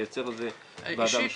לייצר איזה ועדה משותפת.